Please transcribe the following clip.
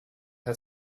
had